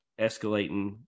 escalating